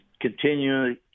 continually